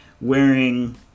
wearing